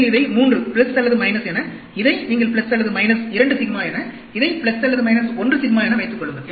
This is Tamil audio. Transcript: நீங்கள் இதை 3 அல்லது என இதை நீங்கள் அல்லது 2 சிக்மா என இதை அல்லது 1 சிக்மா என வைத்துக் கொள்ளுங்கள்